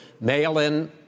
mail-in